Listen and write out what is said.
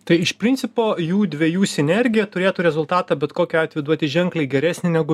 tai iš principo jų dviejų sinergija turėtų rezultatą bet kokiu atveju duoti ženkliai geresnį negu